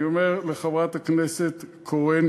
אני אומר לחברת הכנסת קורן